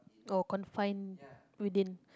oh confine within